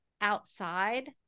outside